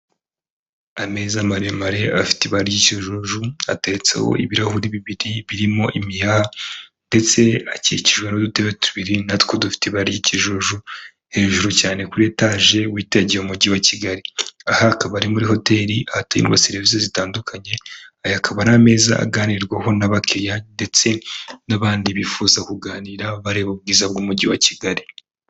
Ameza maremare afite ibara ry'ikijuju ateretseho ibirahuri bibiri birimo imiheha ndetse akikijwe n'udutebe tubiri natwo dufite ibara ry’ikijuju hejuru cyane kuri etaje witegeye umujyi wa Kigali aha hakaba ari muri hoteli hatangwa serivisi zitandukanye aya akaba ari ameza aganirwaho n'abakiriya ndetse n'abandi bifuza kuganira bareba ubwiza bw'umujyi wa Kigali.